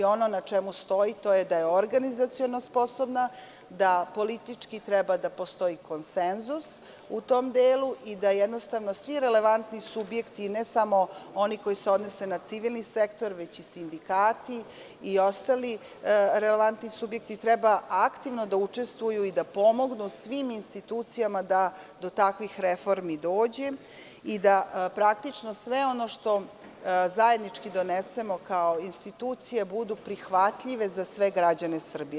Ono na čemu stoji jeste da je organizaciono sposobna, da politički treba da postoji konsenzus u tom delu, da svi relevantni subjekti, ne samo oni koji se odnose na civilni sektor, već i sindikati i ostali relevantni subjekti, treba aktivno da učestvuju i da pomognu svim institucijama da do takvih reformi dođe, da sve ono što zajednički donesemo kao institucije bude prihvatljivo za sve građane Srbije.